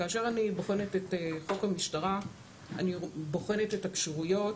כאשר אני בוחנת את חוק המשטרה אני בוחנת את הכשירויות,